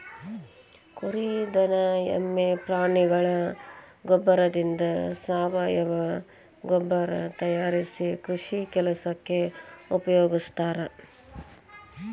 ಕುರಿ ದನ ಎಮ್ಮೆ ಪ್ರಾಣಿಗಳ ಗೋಬ್ಬರದಿಂದ ಸಾವಯವ ಗೊಬ್ಬರ ತಯಾರಿಸಿ ಕೃಷಿ ಕೆಲಸಕ್ಕ ಉಪಯೋಗಸ್ತಾರ